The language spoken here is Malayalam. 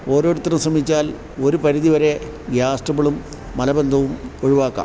ഓരോരുത്തരും ശ്രമിച്ചാൽ ഒരു പരിധിവരെ ഗ്യാസ് ട്രബിളും മലബന്ധവും ഒഴിവാക്കാം